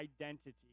identity